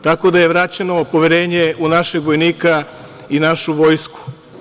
Tako da je vraćeno poverenje u našeg vojnika i našu vojsku.